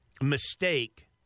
mistake